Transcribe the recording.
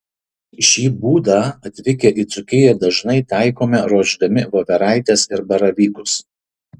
šį būdą atvykę į dzūkiją dažnai taikome ruošdami voveraites ir baravykus